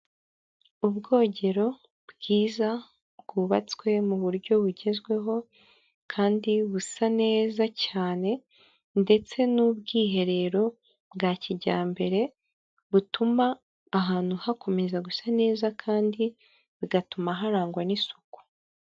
Ubwogero bwiza bwubatswe mu buryo bugezweho kandi busa neza cyane ndetse n'ubwiherero bwa kijyambere butuma ahantu hakomeza gusa neza kandi bigatuma harangwa n'isuku.